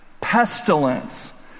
pestilence